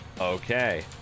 Okay